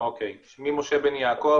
שמי משה בן יעקב,